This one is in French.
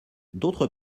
d’autre